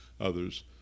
others